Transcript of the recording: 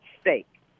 stake